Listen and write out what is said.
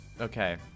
Okay